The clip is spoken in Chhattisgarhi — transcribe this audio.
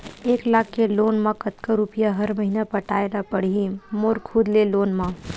एक लाख के लोन मा कतका रुपिया हर महीना पटाय ला पढ़ही मोर खुद ले लोन मा?